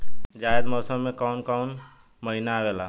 जायद मौसम में काउन काउन महीना आवेला?